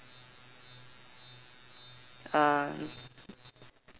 uh